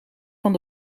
van